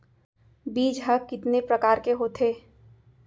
बीज ह कितने प्रकार के होथे?